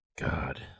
God